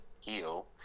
heal